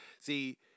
see